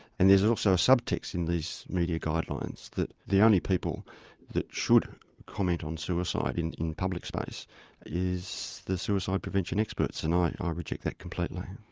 and there's also a sub-text in these media guidelines that the only people that should comment on suicide in in public space is the suicide prevention experts. and i ah reject that completely.